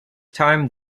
time